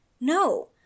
No